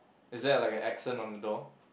is there like a accent on the door